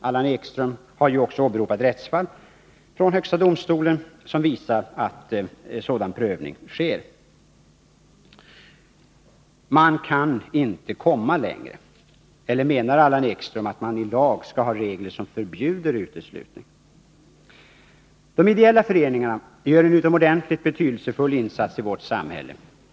Allan Ekström har också åberopat rättsfall från högsta domstolen som visar att sådan prövning sker. Man kan inte komma längre. Eller menar Allan Ekström att man i lag skall ha regler som förbjuder uteslutning? De ideella föreningarna gör en utomordentligt betydelsefull insats i vårt samhälle.